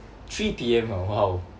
three P_M ah !wow!